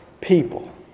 people